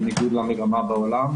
בניגוד למגמה בעולם.